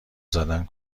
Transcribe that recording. زدن